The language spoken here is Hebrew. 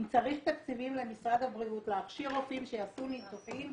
אם צריך תקציבים למשרד הבריאות להכשיר רופאים שיעשו ניתוחים,